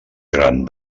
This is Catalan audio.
gran